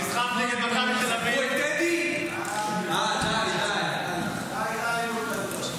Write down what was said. נתאמן על "הרועה הקטנה".